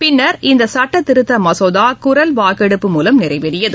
பின்னர் இந்த சட்டத்திருத்த மசோதா குரல் வாக்கெடுப்பு மூலம் நிறைவேறியது